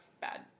bad